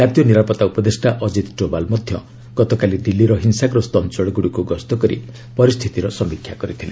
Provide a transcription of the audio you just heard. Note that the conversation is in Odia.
ଜାତୀୟ ନିରାପତ୍ତା ଉପଦେଷ୍ଟା ଅଜିତ ଡୋଭାଲ ମଧ୍ୟ ଗତକାଲି ଦିଲ୍ଲୀର ହିଂସାଗ୍ରସ୍ତ ଅଞ୍ଚଳଗୁଡ଼ିକୁ ଗସ୍ତ କରି ପରିସ୍ଥିତିର ସମୀକ୍ଷା କରିଥିଲେ